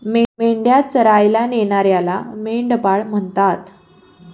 मेंढ्या चरायला नेणाऱ्याला मेंढपाळ म्हणतात